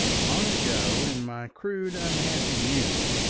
long ago in my crude unhappy youth,